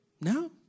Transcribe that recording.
No